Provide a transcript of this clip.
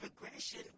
progression